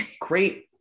great